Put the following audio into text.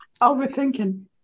overthinking